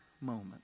moment